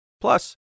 Plus